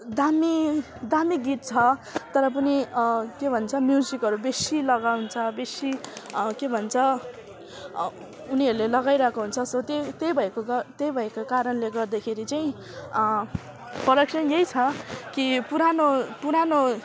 दामी दामी गीत छ तर पनि के भन्छ म्युजिकहरू बेसी लगाउँछ बेसी के भन्छ उनिहरूले लगाइरहेको हुन्छ सो त्यही त्यही भएको का त्यही भएको कारणले गर्दाखेरि चाहिँ फरक चाहिँ यही छ कि पुरानो पुरानो